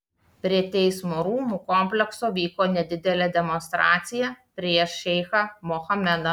prie teismo rūmų komplekso vyko nedidelė demonstracija prieš šeichą mohamedą